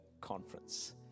conference